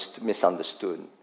misunderstood